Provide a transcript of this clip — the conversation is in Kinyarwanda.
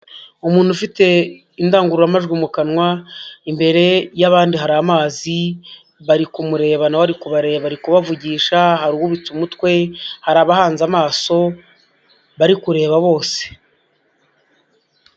Umuntu ufite indangururamajwi mu kanwa, imbere y'abandi hari amazi, bari kumureba, nawe ari kubareba, ari kubavugisha, hari uwubitse umutwe, hari abahanze amaso barikuba bose.